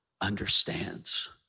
understands